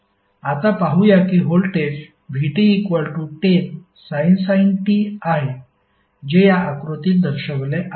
आता पाहूया की व्होल्टेज vt10sin t आहे जे या आकृतीत दाखवले आहे